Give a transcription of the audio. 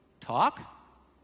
talk